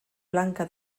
blanca